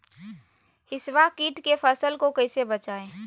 हिसबा किट से फसल को कैसे बचाए?